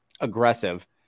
aggressive